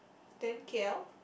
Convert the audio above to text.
then k_l